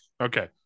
Okay